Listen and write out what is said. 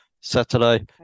saturday